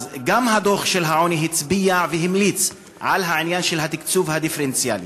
גם דוח העוני הצביע והמליץ על העניין של התקצוב הדיפרנציאלי.